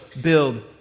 build